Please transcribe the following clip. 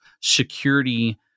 security